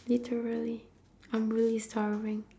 literally I'm really sorry